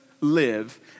live